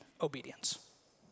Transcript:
obedience